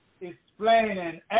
explaining